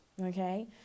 okay